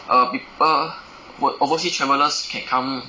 err people ove~ overseas travellers can come